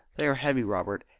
they are heavy, robert,